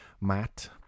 Matt